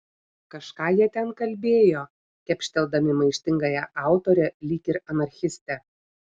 kažką jie ten kalbėjo kepšteldami maištingąją autorę lyg ir anarchistę